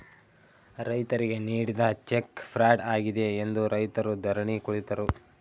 ರೈತರಿಗೆ ನೀಡಿದ cheque fraud ಆಗಿದೆ ಎಂದು ರೈತರು ಧರಣಿ ಕುಳಿತರು